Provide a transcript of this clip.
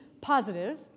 positive